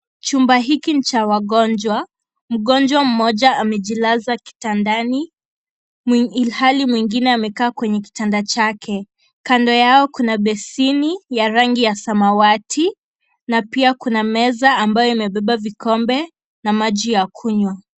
Chumba hiki ni cha wagonjwa. Mgonjwa mmoja amejilaza kitandani, ilhali mwingine amekaa kwenye kitanda chake. Kando yao, kuna beseni ya rangi ya samawati na pia kuna meza ambayo imebeba vikombe na maji ya kunywa.